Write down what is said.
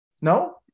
No